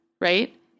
right